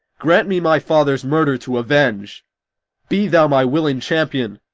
grant me my father's murder to avenge be thou my willing champion!